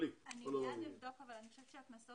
אני מיד אבדוק אבל אני חושבת שהקנסות